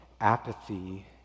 apathy